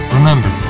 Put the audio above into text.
Remember